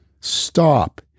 stop